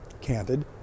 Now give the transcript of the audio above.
candid